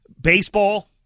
Baseball